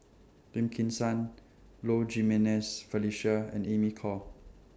Lim Kim San Low Jimenez Felicia and Amy Khor